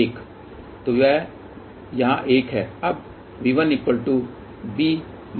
1 तो वह यहाँ 1 है